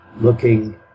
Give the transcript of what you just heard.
looking